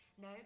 No